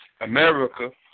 America